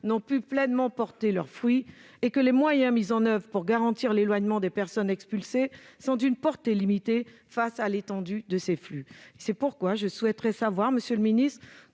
n'ont pu pleinement porter leurs fruits et que les moyens mis en oeuvre pour garantir l'éloignement des personnes expulsées sont d'une portée limitée face à l'étendue de ces flux. C'est pourquoi je souhaiterais savoir, monsieur le ministre,